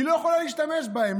היא לא יכולה להשתמש בהן.